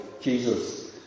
Jesus